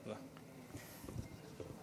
תודה רבה.